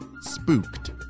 spooked